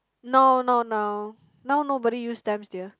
no not now now nobody use stamps dear